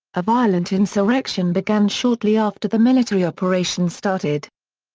a violent insurrection began shortly after the military operation started.